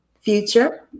future